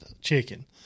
chicken